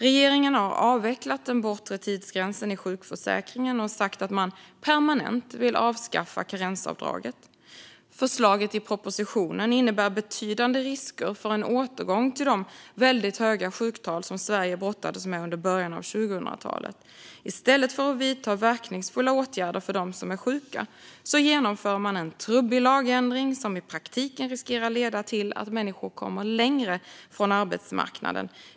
Regeringen har avvecklat den bortre tidsgränsen i sjukförsäkringen och sagt att man permanent vill avskaffa karensavdraget. Förslaget i propositionen innebär betydande risker för en återgång till de väldigt höga sjuktal som Sverige brottades med under början av 2000-talet. I stället för att vidta verkningsfulla åtgärder för dem som är sjuka genomför man en trubbig lagändring som i praktiken riskerar att leda till att människor kommer längre från arbetsmarknaden.